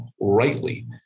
rightly